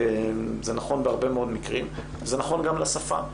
זה נכון בהרבה מאוד מקרים, וזה נכון גם לשפה.